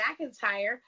McIntyre